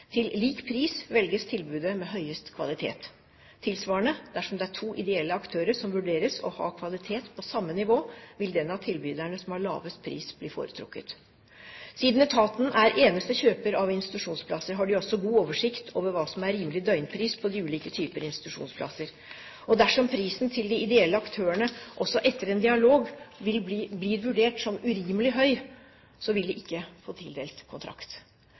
Til lik pris velges tilbudet med høyest kvalitet – tilsvarende, dersom det er to ideelle aktører som vurderes å ha kvalitet på samme nivå, vil den av tilbyderne som har lavest pris, bli foretrukket. Siden etaten er eneste kjøper av institusjonsplasser, har de også god oversikt over hva som er rimelig døgnpris på de ulike typer institusjonsplasser. Dersom prisen til de ideelle aktørene også etter en dialog blir vurdert som urimelig høy, vil de ikke få tildelt kontrakt.